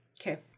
Okay